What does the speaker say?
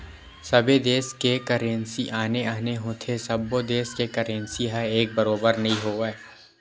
सबे देस के करेंसी आने आने होथे सब्बो देस के करेंसी ह एक बरोबर नइ होवय